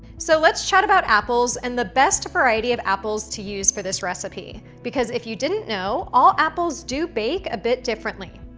so let's chat about apples and the best variety of apples to use for this recipe, because if you didn't know, all apples do bake a bit differently.